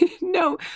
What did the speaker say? No